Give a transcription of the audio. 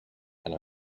and